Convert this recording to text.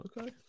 Okay